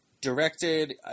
directed